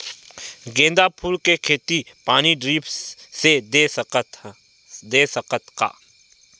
गेंदा फूल के खेती पानी ड्रिप से दे सकथ का?